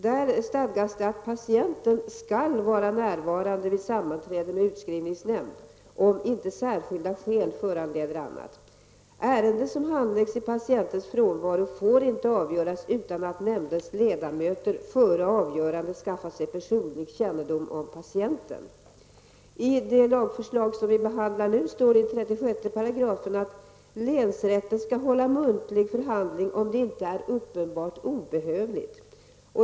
Där stadgas att patienten skall vara närvarande vid sammanträde med utskrivningsnämnd, om inte särskilda skäl föranleder annat. Ärende som handläggs i patientens frånvaro får inte avgöras utan att nämndens ledamöter före avgörandet skaffat sig personlig kännedom om patienten. I det lagförslag som vi behandlar nu står det i 36 § att länsrätten skall hålla muntlig förhandling, om det inte är uppenbart obehövligt.